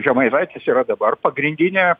žemaitaitis yra dabar pagrindinė